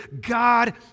God